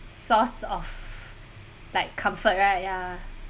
source of like comfort right ya